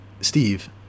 Steve